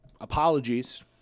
apologies